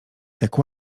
jak